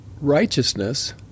righteousness